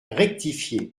rectifié